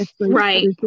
Right